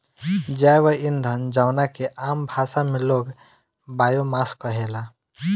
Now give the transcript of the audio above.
जैव ईंधन जवना के आम भाषा में लोग बायोमास कहेला